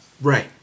Right